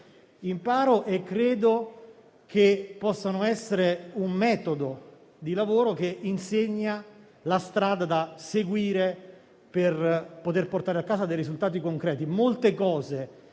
imparo, e credo possano essere un metodo di lavoro che insegna la strada da seguire per portare a casa risultati concreti. Molte cose